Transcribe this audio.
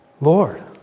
Lord